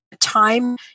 time